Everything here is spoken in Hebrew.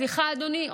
סליחה, אדוני.